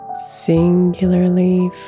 singularly